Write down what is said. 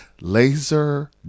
Laser